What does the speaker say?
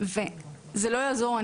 זה לא יעזור,